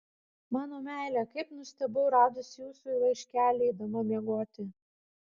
mano meile kaip nustebau radusi jūsų laiškelį eidama miegoti